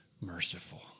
merciful